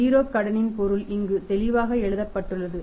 0 கடனின் பொருள் இங்கு தெளிவாக எழுதப்பட்டுள்ளது